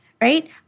right